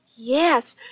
Yes